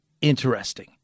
interesting